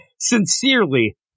sincerely